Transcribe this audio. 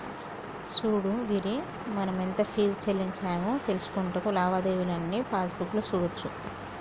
సూడు గిరి మనం ఎంత ఫీజు సెల్లించామో తెలుసుకొనుటకు లావాదేవీలు అన్నీ పాస్బుక్ లో సూడోచ్చు